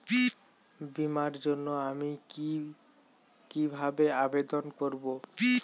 বিমার জন্য আমি কি কিভাবে আবেদন করব?